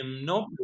No